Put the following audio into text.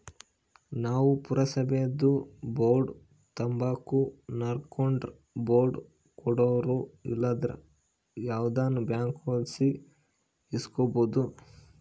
ನಾವು ಪುರಸಬೇದು ಬಾಂಡ್ ತಾಂಬಕು ಅನಕಂಡ್ರ ಬಾಂಡ್ ಕೊಡೋರು ಇಲ್ಲಂದ್ರ ಯಾವ್ದನ ಬ್ಯಾಂಕ್ಲಾಸಿ ಇಸ್ಕಬೋದು